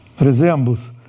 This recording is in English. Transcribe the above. resembles